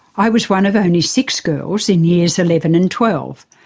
i was one of only six girls in years eleven and twelve,